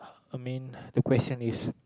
I mean the question is